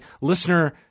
listener